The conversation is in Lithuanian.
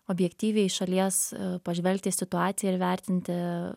objektyviai iš šalies pažvelgt į situaciją ir vertinti